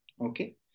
Okay